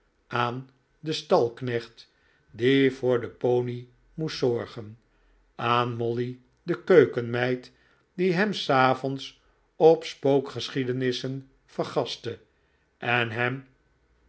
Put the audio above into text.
aan den stalknecht die voor den pony moest zorgen aan molly de keukenmeid die hem s avonds op spookgeschiedenissen vergastte eh hem